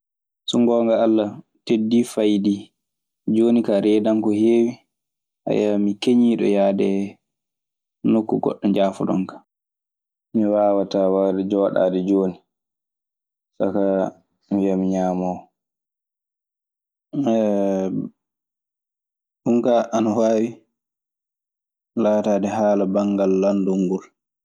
"So ngoonga Alla, teddii faydii. Jooni kaa reedu an nduu heewii. Mi keñiiɗo yahde nokku goɗɗo. Njaafoɗon kan. Mi waawataa warde jooɗaade jooni saka mi wiya mi ñaamoowo. Ɗun kaa ana waawi laataade haala banngal landol ngol."